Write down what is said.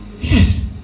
Yes